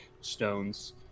stones